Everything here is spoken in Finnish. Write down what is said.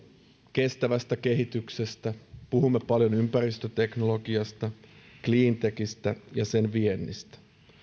kestävästä kehityksestä puhumme paljon ympäristöteknologiasta clean techistä ja sen viennistä